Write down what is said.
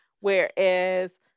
Whereas